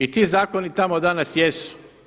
I ti zakoni tamo danas jesu.